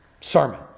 sermon